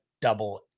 double